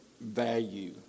value